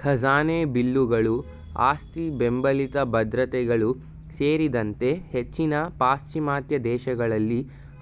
ಖಜಾನೆ ಬಿಲ್ಲುಗಳು ಆಸ್ತಿಬೆಂಬಲಿತ ಭದ್ರತೆಗಳು ಸೇರಿದಂತೆ ಹೆಚ್ಚಿನ ಪಾಶ್ಚಿಮಾತ್ಯ ದೇಶಗಳಲ್ಲಿ